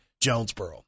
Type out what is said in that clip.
Jonesboro